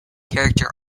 character